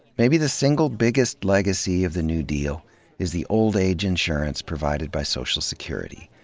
maybe the single biggest legacy of the new deal is the old-age insurance provided by social security.